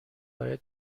برای